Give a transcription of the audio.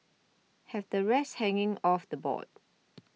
have the rest hanging off the board